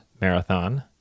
marathon